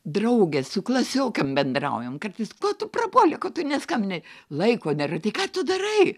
draugės su klasiokėm bendraujam kartais ko tu prapuoli ko tu neskambini laiko nėra tai ką tu darai